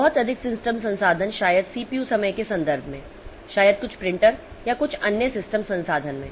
बहुत अधिक सिस्टम संसाधन शायद CPU समय के संदर्भ में शायद कुछ प्रिंटर या कुछ अन्य सिस्टम संसाधन में